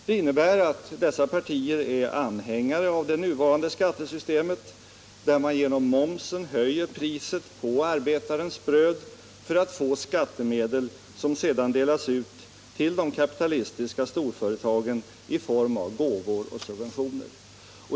Detta innebär att dessa partier är an — livsmedel hängare av det nuvarande skattesystemet, där man genom momsen höjer priset på arbetarens bröd för att få skattemedel, som sedan delas ut till de kapitalistiska storföretagen i form av gåvor och subventioner.